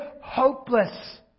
hopeless